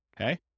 okay